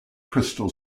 crystal